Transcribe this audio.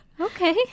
Okay